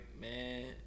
man